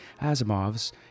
Asimov's